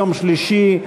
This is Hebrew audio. יום שלישי,